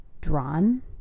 drawn